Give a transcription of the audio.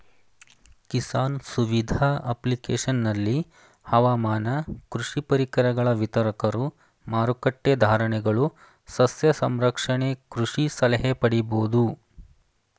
ಕಿಸಾನ್ ಸುವಿಧ ಅಪ್ಲಿಕೇಶನಲ್ಲಿ ಹವಾಮಾನ ಕೃಷಿ ಪರಿಕರಗಳ ವಿತರಕರು ಮಾರಕಟ್ಟೆ ಧಾರಣೆಗಳು ಸಸ್ಯ ಸಂರಕ್ಷಣೆ ಕೃಷಿ ಸಲಹೆ ಪಡಿಬೋದು